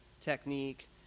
technique